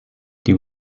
die